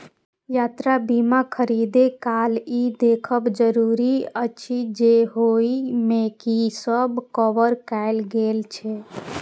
यात्रा बीमा खरीदै काल ई देखब जरूरी अछि जे ओइ मे की सब कवर कैल गेल छै